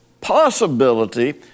possibility